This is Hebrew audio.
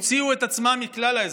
הוציאו את עצמם מכלל האזרחות.